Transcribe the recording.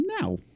now